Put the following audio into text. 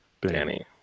Danny